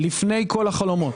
לפני כל החלומות,